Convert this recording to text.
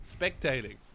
spectating